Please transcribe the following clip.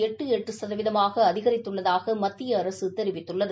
எட்டு எட்டு சதவீதமாக அதிகரித்துள்ளதாக மத்திய அரசு தெரிவித்துள்ளது